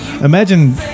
Imagine